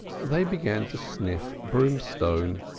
they began to sniff brimstone.